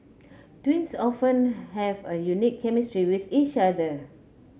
twins often have a unique chemistry with each other